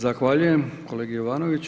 Zahvaljujem kolegi Jovanoviću.